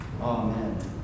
Amen